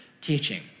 teaching